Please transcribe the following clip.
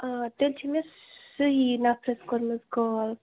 آ تیٚلہِ چھِ مےٚ صحیح نَفرَس کوٚرمُت کال